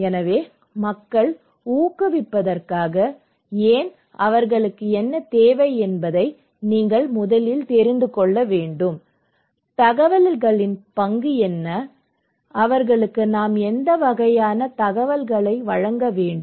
எனவே மக்களை ஊக்குவிப்பதற்காக ஏன் அவர்களுக்கு என்ன தேவை என்பதை நீங்கள் முதலில் தெரிந்து கொள்ள வேண்டும் தகவலின் பங்கு என்ன அவர்களுக்கு நாம் எந்த வகையான தகவல்களை வழங்க வேண்டும்